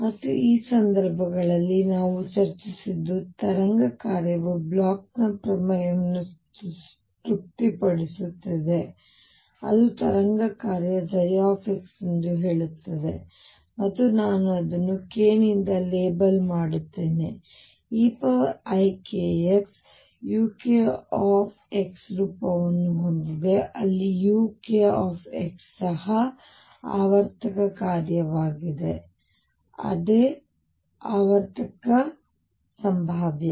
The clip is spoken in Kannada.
ಮತ್ತು ಈ ಸಂದರ್ಭಗಳಲ್ಲಿ ನಾವು ಚರ್ಚಿಸಿದ್ದು ತರಂಗ ಕಾರ್ಯವು ಬ್ಲೋಚ್ನ ಪ್ರಮೇಯವನ್ನು ತೃಪ್ತಿಪಡಿಸುತ್ತದೆ ಅದು ತರಂಗ ಕಾರ್ಯ ψ ಎಂದು ಹೇಳುತ್ತದೆ ಮತ್ತು ನಾನು ಅದನ್ನು k ನಿಂದ ಲೇಬಲ್ ಮಾಡುತ್ತೇನೆeikxukರೂಪವನ್ನು ಹೊಂದಿದೆ ಅಲ್ಲಿukx ಸಹ ಆವರ್ತಕ ಕಾರ್ಯವಾಗಿದೆ ಅದೇ ಆವರ್ತಕ ಸಂಭಾವ್ಯ